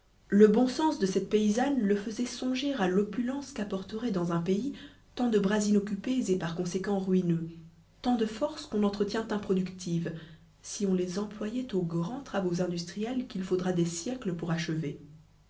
le bon sens de cette paysanne le faisait songer à l'opulence qu'apporteraient dans un pays tant de bras inoccupés et par conséquent ruineux tant de forces qu'on entretient improductives si on les employait aux grands travaux industriels qu'il faudra des siècles pour achever